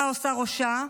מה עושה ראשה,